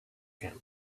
camp